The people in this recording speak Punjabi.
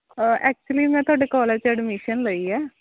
ਐਕਚੁਲੀ ਮੈਂ ਤੁਹਾਡੇ ਕਾਲਜ 'ਚ ਐਡਮਿਸ਼ਨ ਲਈ ਹੈ